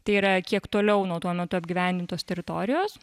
tai yra kiek toliau nuo tuo metu apgyvendintos teritorijos